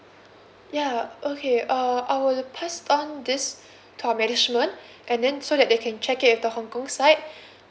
yeah okay uh I will pass on this to our management and then so that they can check it with the hong kong side